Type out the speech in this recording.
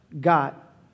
got